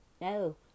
no